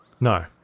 no